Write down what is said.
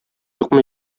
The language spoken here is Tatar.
юкмы